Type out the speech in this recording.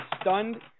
stunned